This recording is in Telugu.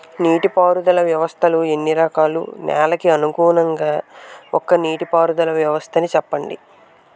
నీటి పారుదల వ్యవస్థలు ఎన్ని రకాలు? నెలకు అనుగుణంగా ఒక్కో నీటిపారుదల వ్వస్థ నీ చెప్పండి?